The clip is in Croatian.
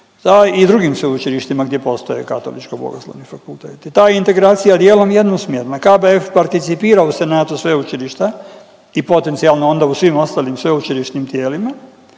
i drugim sveučilištima gdje postoje katoličko-bogoslovni fakulteti, ta integracija dijelom jednosmjerna. KBF participira u Senatu Sveučilišta i potencijalno onda u svim ostalim sveučilišnim tijelima,